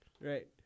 Right